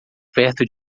perto